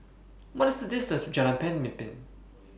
What IS The distance to Jalan Pemimpin